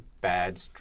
bad